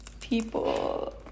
People